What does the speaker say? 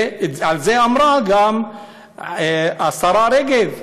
ועל זה אמרה גם השרה רגב: